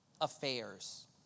affairs